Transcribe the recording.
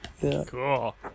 Cool